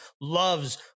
loves